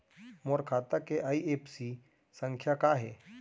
मोर खाता के आई.एफ.एस.सी संख्या का हे?